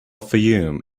fayoum